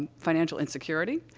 ah financial insecurity,